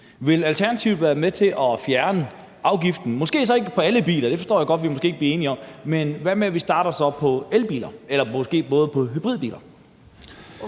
Vil Alternativet være med til at fjerne afgiften, måske ikke på alle biler – det forstår jeg godt vi måske ikke kan blive enige om – men hvad nu, hvis vi starter med hybridbiler?